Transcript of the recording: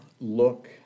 look